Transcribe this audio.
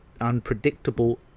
unpredictable